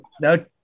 no